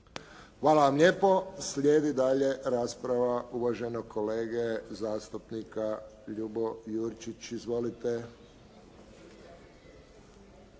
Hvala lijepo. Slijedi daljnja rasprava uvažene kolegice zastupnice Dubravke Šuica. Izvolite